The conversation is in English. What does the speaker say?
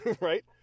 Right